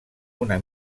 una